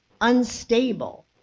unstable